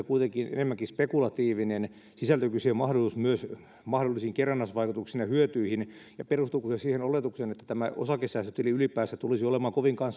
kuitenkin enemmänkin spekulatiivinen sisältyykö siihen mahdollisuus myös mahdollisiin kerrannaisvaikutuksiin ja hyötyihin ja perustuuko se siihen oletukseen että tämä osakesäästötili ylipäänsä tulisi olemaan kovinkaan